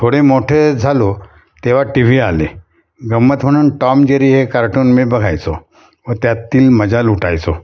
थोडे मोठे झालो तेव्हा टी व्ही आले गम्मत म्हणून टॉम जेरी हे कार्टून मी बघायचो व त्यातील मजा लुटायचो